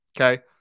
Okay